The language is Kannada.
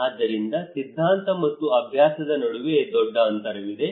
ಆದ್ದರಿಂದ ಸಿದ್ಧಾಂತ ಮತ್ತು ಅಭ್ಯಾಸದ ನಡುವೆ ದೊಡ್ಡ ಅಂತರವಿದೆ